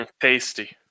Tasty